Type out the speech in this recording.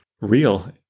real